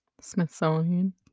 Smithsonian